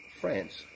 France